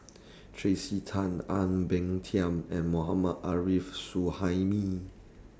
Tracey Tan Ang Peng Tiam and Mohammad Arif Suhaimi